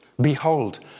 behold